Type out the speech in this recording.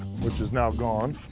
which is now gone.